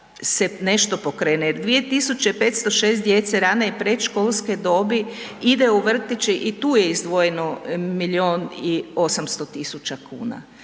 se nešto pokrene jer 2506 djece rane je predškolske dobi, ide u vrtiće i tu je izdvojeno milijun